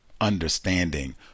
understanding